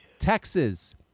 Texas